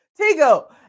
tego